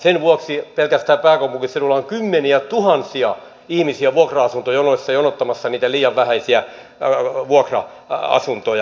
sen vuoksi pelkästään pääkaupunkiseudulla on kymmeniätuhansia ihmisiä vuokra asuntojonoissa jonottamassa niitä liian vähäisiä vuokra asuntoja